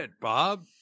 Bob